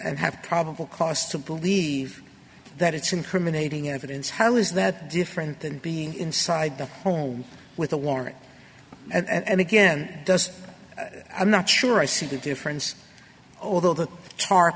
and have probable cause to believe that it's incriminating evidence how is that different than being inside the home with a warrant and again does i'm not sure i see the difference although the